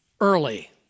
early